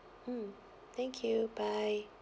mm thank you bye